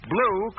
Blue